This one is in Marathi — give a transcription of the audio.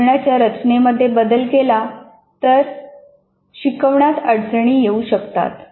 बसण्याच्या रचनेमध्ये बदल केला तर शिकवण्यात अडचणी येऊ शकतात